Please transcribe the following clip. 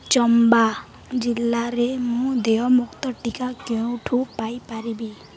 ଚମ୍ବା ଜିଲ୍ଲାରେ ମୁଁ ଦେୟମୁକ୍ତ ଟିକା କେଉଁଠୁ ପାଇ ପାରିବି